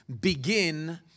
begin